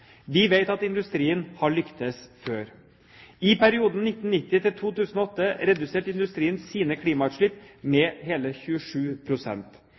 Vi vet at industrien har lyktes før. I perioden 1990–2008 reduserte industrien sine klimautslipp med hele